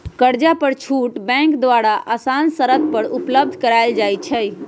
कर्जा पर छुट बैंक द्वारा असान शरत पर उपलब्ध करायल जाइ छइ